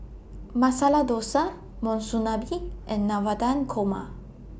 Masala Dosa Monsunabe and Navratan Korma